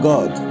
God